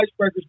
icebreakers